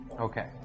Okay